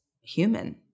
human